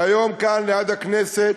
והיום כאן ליד הכנסת,